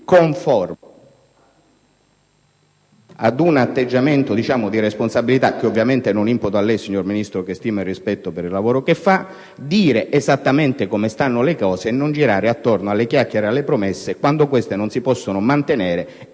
conforme ad un atteggiamento di responsabilità - che ovviamente non imputo a lei, signor Ministro, che stimo e rispetto per il lavoro che svolge - dire esattamente come stanno le cose e non girare attorno alle chiacchiere e alle promesse quando queste non si possono mantenere.